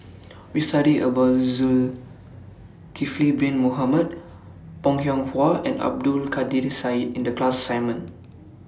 We studied about Zulkifli Bin Mohamed Bong Hiong Hwa and Abdul Kadir Syed in The class assignment